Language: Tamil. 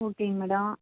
ஓகேங்க மேடோம்